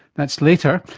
that's later,